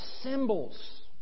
symbols